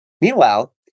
Meanwhile